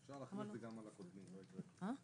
אפשר להחיל את זה גם על הקודמים, לא יקרה כלום.